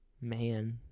Man